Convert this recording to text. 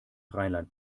rheinland